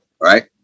right